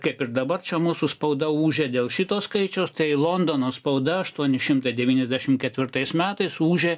kaip ir dabar čia mūsų spauda ūžė dėl šito skaičiaus tai londono spauda aštuoni šimtai devyniasdešimt ketvirtais metais ūžė